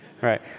right